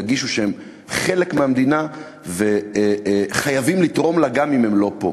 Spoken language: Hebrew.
ירגישו שהם חלק מהמדינה וחייבים לתרום לה גם אם הם לא פה.